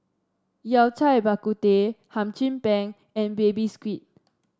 Yao Cai Bak Kut Teh Hum Chim Peng and Baby Squid